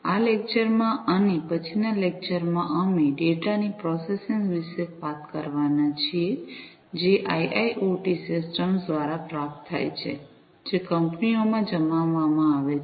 આ લેક્ચર માં અને પછીના લેક્ચર માં અમે ડેટા ની પ્રોસેસિંગ વિશે વાત કરવાના છીએ જે આઇઆઇઓટી સિસ્ટમ્સ દ્વારા પ્રાપ્ત થાય છે જે કંપનીઓમાં જમાવવામાં આવે છે